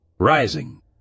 rising